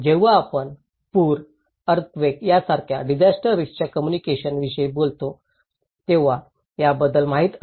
जेव्हा आपण पूर अर्थक्वेक यासारख्या डिजास्टर रिस्कच्या कम्युनिकेशन विषयी बोलत असतो तेव्हा याबद्दल माहिती असली पाहिजे